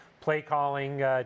play-calling